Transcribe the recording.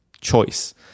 choice